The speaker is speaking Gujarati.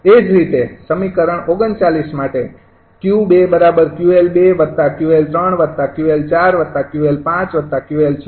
એ જ રીતે સમીકરણ ૩૯ માટે આ સમીકરણ ૪૧ છે